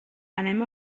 anem